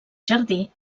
jardí